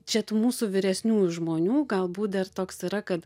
čia tų mūsų vyresnių žmonių galbūt dar toks yra kad